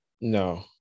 no